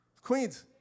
Queens